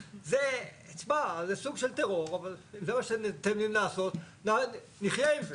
אבל אם עוברים לוועדה, אז כדאי לחדד את זה